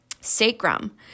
Sacrum